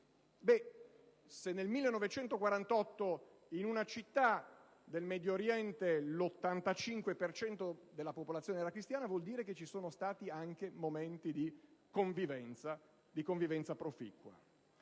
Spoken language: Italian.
se nel 1948 in una città del Medio Oriente l'85 per cento della popolazione era cristiana vuol dire che ci sono state stati anche momenti di convivenza pacifica.